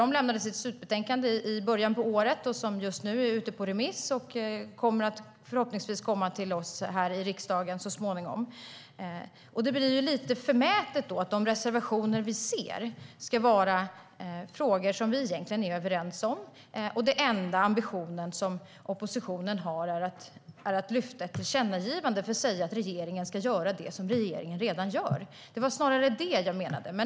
De lämnade sitt slutbetänkande i början av året som nu är ute på remiss och förhoppningsvis kommer att komma till oss här i riksdagen så småningom. Det blir lite förmätet att de reservationer vi ser här handlar om frågor som vi egentligen är överens om. Enda ambitionen som oppositionen har med dem är att lyfta fram ett tillkännagivande för att säga att regeringen ska göra det som regeringen redan gör. Det var snarare det jag menade.